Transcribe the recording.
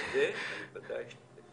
בזה אני בוודאי אשתתף.